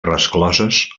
rescloses